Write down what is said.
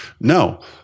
No